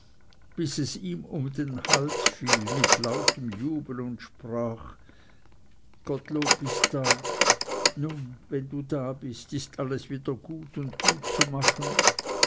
bis es ihm um den hals fiel mit lautem jubel und sprach gottlob bist da nun wenn du da bist ist alles wieder gut und gut zu machen